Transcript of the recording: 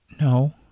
no